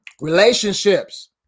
Relationships